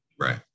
right